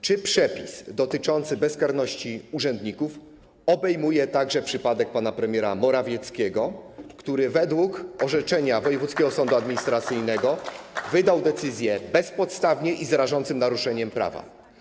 Czy przepis dotyczący bezkarności urzędników obejmuje także przypadek pana premiera Morawieckiego, który według orzeczenia wojewódzkiego sądu administracyjnego wydał decyzję bezpodstawnie i z rażącym naruszeniem prawa?